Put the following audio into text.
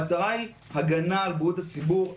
המטרה היא הגנה על בריאות הציבור,